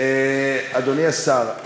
אדוני השר,